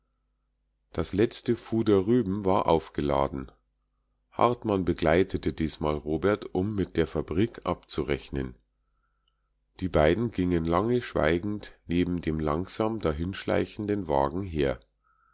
das letzte fuder rüben war aufgeladen hartmann begleitete diesmal robert um mit der fabrik abzurechnen die beiden gingen lange schweigend neben dem langsam dahinschleichenden wagen her